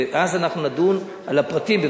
אז אנחנו נדון על הפרטים.